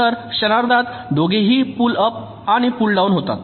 तर क्षणार्धात दोघेही पूल अप आणि पूल डाऊन होतात